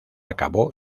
acabó